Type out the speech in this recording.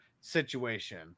situation